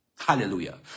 Hallelujah